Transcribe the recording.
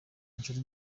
nshuti